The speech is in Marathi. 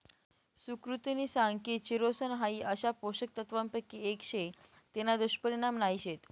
सुकृतिनी सांग की चिरोसन हाई अशा पोषक तत्वांपैकी एक शे तेना दुष्परिणाम नाही शेत